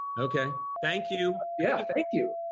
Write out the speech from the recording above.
okay, thank you. yeah, thank you.